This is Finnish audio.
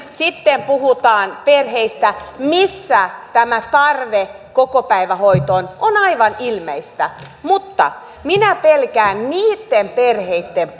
sitten puhutaan perheistä joissa tämä tarve kokopäivähoitoon on aivan ilmeistä mutta minä pelkään niitten perheitten